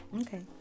Okay